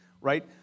right